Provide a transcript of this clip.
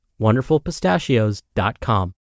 wonderfulpistachios.com